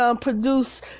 produce